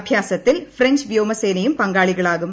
അഭ്യാസത്തിൽ French വ്യോമസേനയും പങ്കാളികളാകും